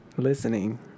Listening